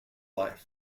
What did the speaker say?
life